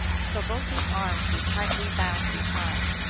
so both his arms were tightly bound behind,